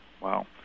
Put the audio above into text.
wow